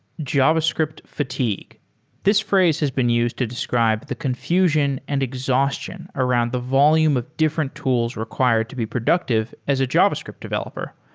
javascript fatigue this phrase has been used to describe the confusion and exhaustion around the volume of different tools required to be productive as a javascript developer.